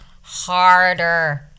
harder